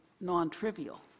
non-trivial